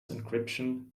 encryption